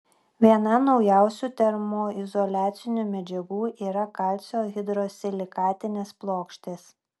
viena naujausių termoizoliacinių medžiagų yra kalcio hidrosilikatinės plokštės